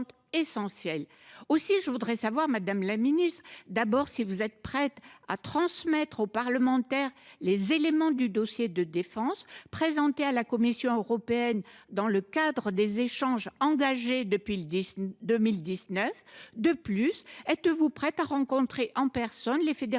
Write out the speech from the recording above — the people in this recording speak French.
sont essentielles. Madame la ministre, êtes vous prête à transmettre aux parlementaires les éléments du dossier de défense présentés à la Commission européenne dans le cadre des échanges engagés depuis 2019 ? De plus, êtes vous prête à rencontrer en personne les fédérations